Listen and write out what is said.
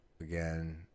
again